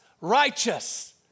righteous